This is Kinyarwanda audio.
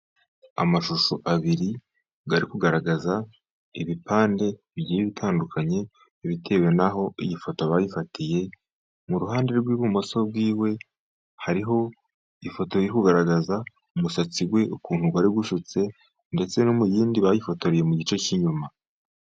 Amashusho abiri ari kugaragaza ibipande bigiye bitandukanye ibitewe naho iyi foto bayifatiye, mu ruhande rw'ibumoso bwiwe hariho ifoto iri kugaragaza umusatsi we ukuntu wari usutse, ndetse no mu yindi bayifotoreye mu gice cy'inyuma.